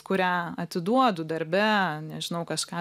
kurią atiduodu darbe nežinau kažką